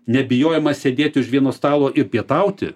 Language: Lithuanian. nebijojimas sėdėti už vieno stalo ir pietauti